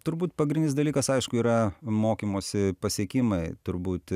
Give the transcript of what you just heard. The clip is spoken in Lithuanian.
turbūt pagrindinis dalykas aišku yra mokymosi pasiekimai turbūt